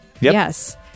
Yes